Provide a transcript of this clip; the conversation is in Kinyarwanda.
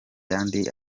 yandi